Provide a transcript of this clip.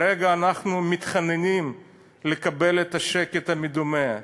כרגע אנחנו מתחננים לקבל את השקט המדומה.